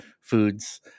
foods